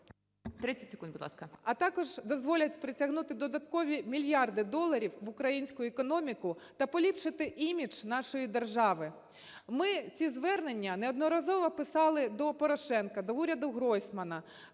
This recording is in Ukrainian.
А також дозволять притягнути додаткові мільярди доларів в українську економіку та поліпшити імідж нашої держави. Ми ці звернення неодноразово писали до Порошенка, до уряду Гройсмана,